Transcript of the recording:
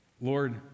Lord